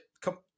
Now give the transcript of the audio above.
come